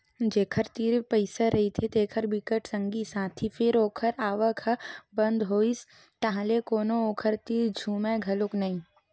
जेखर तीर पइसा रहिथे तेखर बिकट संगी साथी फेर ओखर आवक ह बंद होइस ताहले कोनो ओखर तीर झुमय घलोक नइ